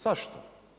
Zašto?